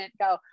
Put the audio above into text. go